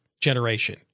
generation